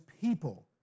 people